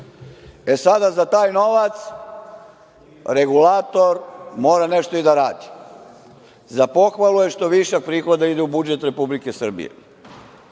sada za taj novac regulator mora nešto i da radi. Za pohvalu je što više prihoda ide u budžet Republike Srbije,